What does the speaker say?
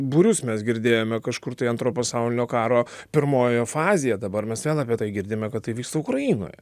būrius mes girdėjome kažkur tai antro pasaulinio karo pirmojoje fazėje dabar mes vėl apie tai girdime kad tai vyksta ukrainoje